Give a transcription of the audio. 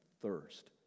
thirst